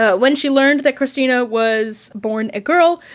ah when she learned that kristina was born a girl,